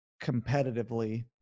competitively